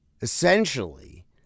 essentially